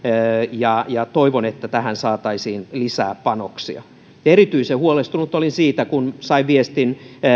ja ja toivon että tähän saataisiin lisää panoksia erityisen huolestunut olin siitä kun sain viestin